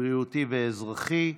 הבריאותי והאזרחי,